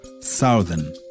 Southern